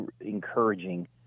encouraging